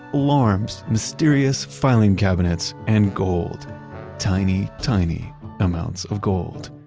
alarms, mysterious filing cabinets, and gold tiny, tiny amounts of gold.